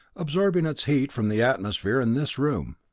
absorbing its heat from the atmosphere in this room.